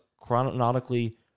chronologically